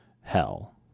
hell